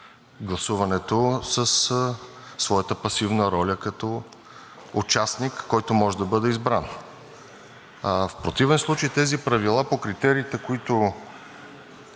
гласуването със своята пасивна роля като участник, който може да бъде избран. В противен случай тези правила по критериите, които